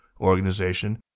organization